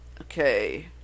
Okay